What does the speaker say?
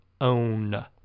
own